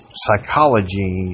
psychology